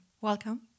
welcome